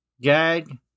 GAG